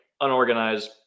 unorganized